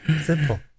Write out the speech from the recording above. Simple